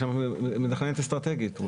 יש מתכננת אסטרטגית.